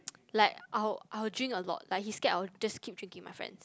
like I'll I will drink a lot like he scared of I will just keep drinking with my friends